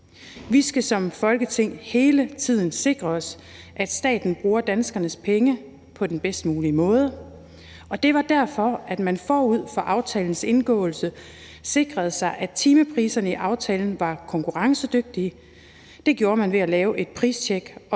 Vi skal som Folketing hele tiden sikre os, at staten bruger danskernes penge på den bedst mulige måde, og det var derfor, at man forud for aftalens indgåelse sikrede sig, at timepriserne i aftalen var konkurrencedygtige. Det gjorde man ved at lave et pristjek op